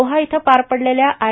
Doha इथं पार पडलेल्या आय